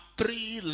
three